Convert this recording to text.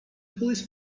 police